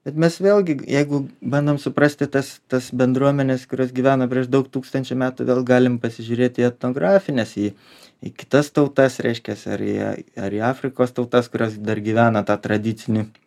bet mes vėlgi jeigu bandom suprasti tas tas bendruomenes kurios gyveno prieš daug tūkstančių metų vėl galim pasižiūrėt į etnografines į į kitas tautas reiškias ar jie ar į afrikos tautas kurios dar gyvena tą tradicinį